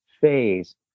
phase